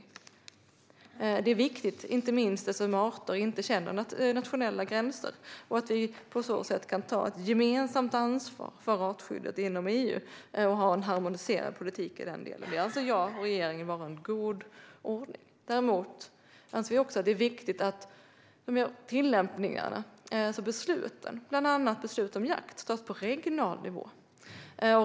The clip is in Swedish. Detta är viktigt, inte minst därför att arter inte känner nationella gränser och att vi på så sätt kan ta ett gemensamt ansvar för artskyddet inom EU och ha en harmoniserad politik i detta avseende. Detta anser jag och regeringen vara en god ordning. Däremot anser vi också att det är viktigt att besluten om tillämpningarna, alltså bland annat beslut om jakt, tas på regional nivå.